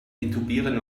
intubieren